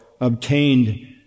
obtained